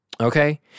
Okay